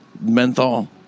menthol